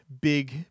big